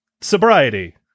Sobriety